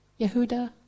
Yehuda